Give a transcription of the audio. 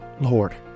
Lord